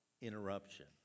interruption